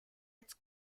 its